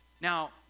Now